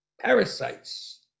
parasites